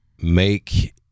make